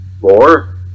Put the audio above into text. Four